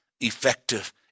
effective